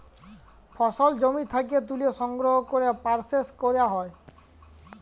ফসল জমি থ্যাকে ত্যুলে সংগ্রহ ক্যরে পরসেস ক্যরা হ্যয়